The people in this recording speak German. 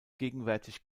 gegenwärtig